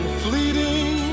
fleeting